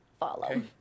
follow